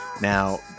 Now